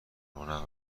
رونق